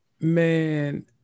Man